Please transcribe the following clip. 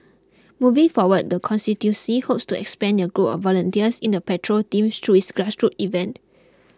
moving forward the constituency hopes to expand their group of volunteers in the patrol team through its grassroots events